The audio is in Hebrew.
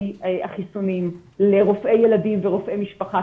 החיסונים לרופאי ילדים ולרופאי משפחה,